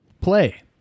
play